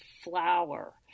flower